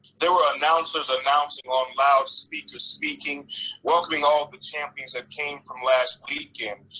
there were announcers announcer on loudspeakers, speaking welcoming all champions that came from last weekend.